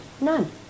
None